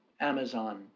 Amazon